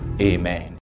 Amen